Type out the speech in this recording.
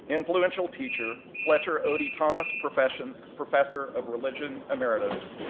influential teacher, fletcher otey thomas professor professor of religion ameritas,